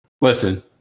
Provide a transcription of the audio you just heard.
listen